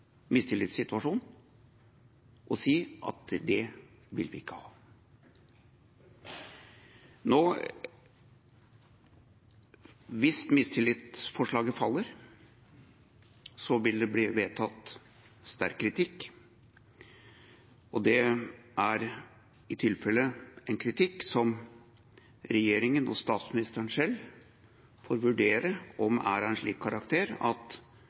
mistillitssituasjon – å si at slik vil vi ikke ha det. Hvis mistillitsforslaget faller, vil det bli vedtatt sterk kritikk, og det er i tilfelle en kritikk som regjeringa og statsministeren selv må vurdere om er av en slik karakter at